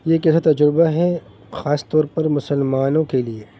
یہ ایک ایسا تجربہ ہے خاص طور پر مسلمانوں کے لیے